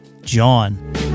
John